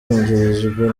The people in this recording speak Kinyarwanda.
yungirijwe